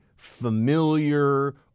Familiar